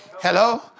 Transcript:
Hello